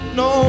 no